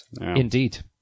Indeed